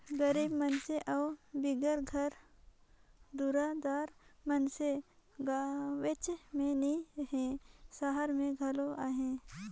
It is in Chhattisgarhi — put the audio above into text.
गरीब मइनसे अउ बिगर घर दुरा दार मइनसे गाँवेच में नी हें, सहर में घलो अहें